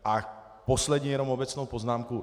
A poslední jenom obecnou poznámku.